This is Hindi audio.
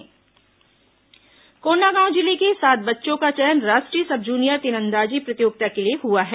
तीरंदाजी प्रतियोगिता कोंडागांव जिले के सात बच्चों का चयन राष्ट्रीय सब जूनियर तीरंदाजी प्रतियोगिता के लिए हुआ है